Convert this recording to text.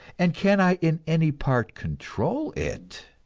and can i in any part control it?